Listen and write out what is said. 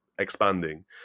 Expanding